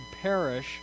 perish